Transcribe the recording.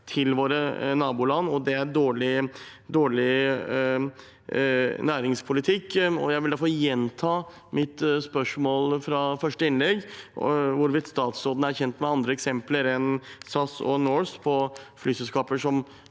til våre naboland, og det er dårlig næringspolitikk. Jeg vil derfor gjenta mitt spørsmål fra første innlegg, om hvorvidt statsråden er kjent med andre eksempler enn SAS og Norse på flyselskaper som